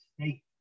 State